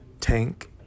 tank